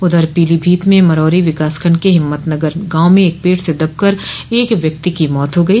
उधर पीलीभीत में मरौरी विकासखंड के हिम्मतनगर गांव में पेड़ से दब कर एक व्यक्ति की मौत हो गई